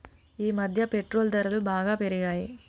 ఈమధ్య పెట్రోల్ ధరలు బాగా పెరిగాయి